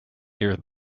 here